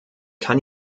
kann